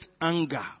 anger